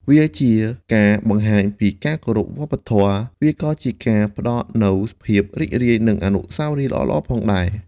វាជាការបង្ហាញពីការគោរពវប្បធម៌។ វាក៏ជាការផ្ដល់នូវភាពរីករាយនិងអនុស្សាវរីយ៍ល្អៗផងដែរ។